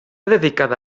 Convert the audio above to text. dedicada